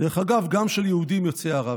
דרך אגב, גם של יהודים יוצאי ערב.